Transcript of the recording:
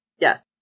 Yes